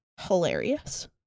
hilarious